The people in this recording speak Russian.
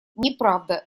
неправда